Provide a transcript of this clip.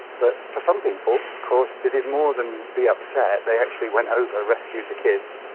but for some people of course they did more than be upset, they actually went over, rescued the kids,